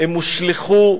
הם הושלכו